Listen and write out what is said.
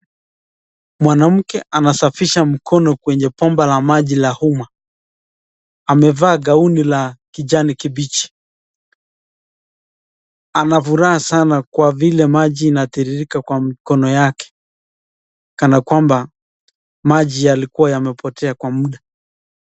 Mwanamke anasafisha mkono kwenye bomba la maji la umma, amevaa gauni la kijani kibichi, ana furaha sana kwa vile maji inatirirka kwa mikono yake kana kwamba maji yalikuwa yamepotea kwa muda.